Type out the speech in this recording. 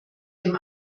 dem